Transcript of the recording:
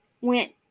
went